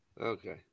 Okay